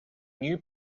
new